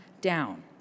down